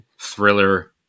Thriller